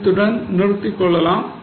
இத்துடன் நிறுத்திக் கொள்ளலாம்